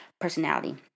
personality